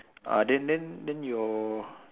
err then then then your